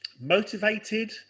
Motivated